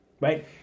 right